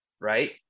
right